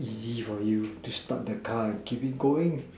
easy for you to start the car and keep it going